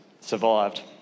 survived